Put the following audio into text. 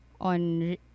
on